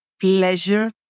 pleasure